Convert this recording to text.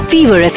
Fever